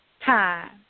Time